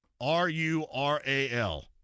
R-U-R-A-L